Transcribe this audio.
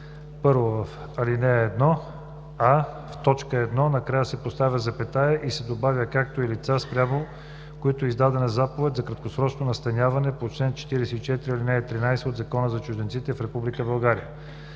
1. В ал. 1: а) в т. 1 накрая се поставя запетая и се добавя „както и лица, спрямо които е издадена заповед за краткосрочно настаняване по чл. 44, ал. 13 от Закона за чужденците в